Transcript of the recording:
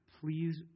please